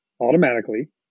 automatically